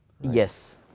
Yes